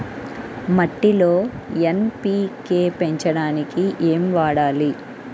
మట్టిలో ఎన్.పీ.కే పెంచడానికి ఏమి వాడాలి?